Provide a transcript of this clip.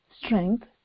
strength